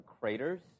craters